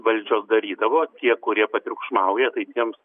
valdžios darydavo tie kurie patriukšmauja tai tiems